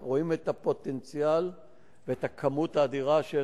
אנחנו רואים את הפוטנציאל ואת הכמות האדירה של